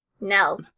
No